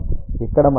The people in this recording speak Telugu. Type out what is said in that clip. ఇక్కడ మనము 5